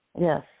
Yes